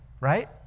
right